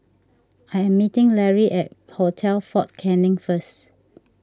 I'm meeting Lary at Hotel fort Canning first